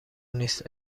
نیست